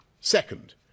Second